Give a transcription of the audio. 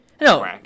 No